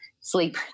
sleep